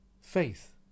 faith